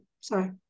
sorry